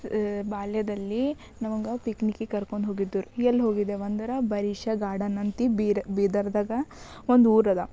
ಬಾಲ್ಯದಲ್ಲಿ ನಮಗೆ ಪಿಕ್ನಿಕಿಗೆ ಕರ್ಕೊಂಡು ಹೋಗಿದ್ದರ್ ಎಲ್ಲಿ ಹೋಗಿದೇವಂದ್ರೆ ಬರೀಷ ಗಾರ್ಡನ್ ಅಂತ ಬೀರ್ ಬೀದರ್ದಾಗ ಒಂದು ಊರದ